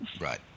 Right